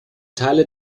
teile